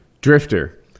drifter